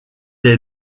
est